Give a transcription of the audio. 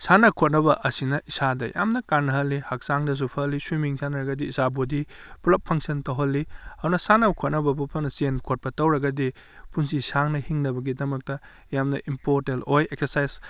ꯁꯥꯟꯅ ꯈꯣꯠꯅꯕ ꯑꯁꯤꯅ ꯏꯁꯥꯗ ꯌꯥꯝꯅ ꯀꯥꯟꯅꯍꯜꯂꯤ ꯍꯛꯆꯥꯡꯗꯁꯨ ꯐꯍꯜꯂꯤ ꯁ꯭ꯋꯤꯝꯃꯤꯡ ꯁꯥꯟꯅꯔꯒꯗꯤ ꯏꯁꯥ ꯕꯣꯗꯤ ꯄꯨꯂꯞ ꯐꯪꯁꯟ ꯇꯧꯍꯜꯂꯤ ꯑꯗꯨꯅ ꯁꯥꯟꯅ ꯈꯣꯠꯅꯕꯕꯨ ꯐꯅ ꯆꯦꯟ ꯈꯣꯠꯄ ꯇꯧꯔꯒꯗꯤ ꯄꯨꯟꯁꯤ ꯁꯥꯡꯅ ꯍꯤꯡꯅꯕꯒꯤꯗꯃꯛꯇ ꯌꯥꯝꯅ ꯏꯝꯄꯣꯔꯇꯦꯟ ꯑꯣꯏ ꯑꯦꯛꯁꯔꯁꯥꯏꯁ